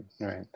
right